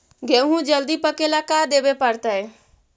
गेहूं जल्दी पके ल का देबे पड़तै?